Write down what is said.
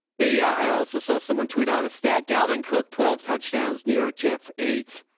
they, i also saw someone tweet out a stat dalvin cook, twelve touchdowns, new york jets eight.